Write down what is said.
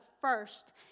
first